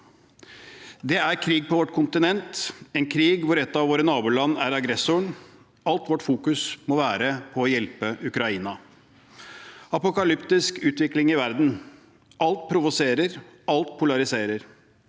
Det er krig på vårt kontinent, en krig hvor et av våre naboland er aggressoren, og alt vårt fokus må være på å hjelpe Ukraina. Apokalyptisk utvikling i verden: Alt provoserer, alt polariserer.